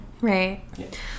Right